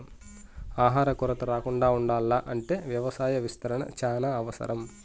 ఆహార కొరత రాకుండా ఉండాల్ల అంటే వ్యవసాయ విస్తరణ చానా అవసరం